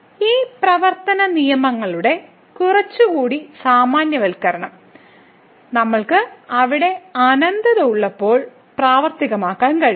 ഈ പ്രവർത്തന നിയമങ്ങളുടെ കുറച്ചുകൂടി സാമാന്യവൽക്കരണം നമ്മൾക്ക് അവിടെ അനന്തത ഉള്ളപ്പോൾ പ്രവർത്തിക്കാനും കഴിയും